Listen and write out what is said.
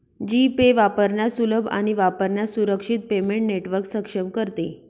जी pay वापरण्यास सुलभ आणि वापरण्यास सुरक्षित पेमेंट नेटवर्क सक्षम करते